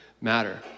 matter